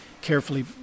carefully